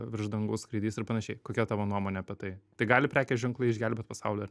virš dangaus skraidys ir panašiai kokia tavo nuomonė apie tai tai gali prekės ženklai išgelbėt pasaulį